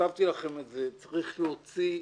וכתבתי לכם את זה, צריך להוציא בחוק,